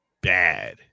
bad